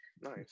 Nice